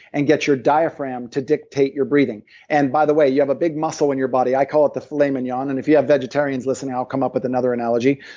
and get your diaphragm to dictate your breathing and by the way, you have a big muscle in your body, i call it the filet mignon, and if you have vegetarians listening i'll come up with another analogy.